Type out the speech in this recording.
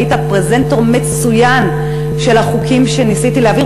היית פרזנטור מצוין של החוקים שניסיתי להעביר,